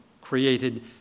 created